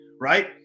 right